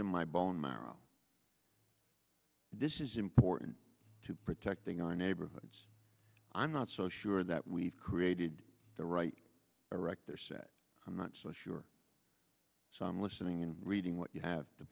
in my bone marrow this is important to protecting our neighborhoods i'm not so sure that we've created the right rector said i'm not so sure so i'm listening and reading what you have to